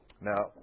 Now